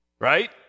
Right